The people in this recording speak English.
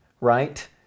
right